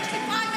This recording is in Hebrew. הוא יש לו יכולות.